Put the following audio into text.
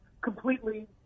completely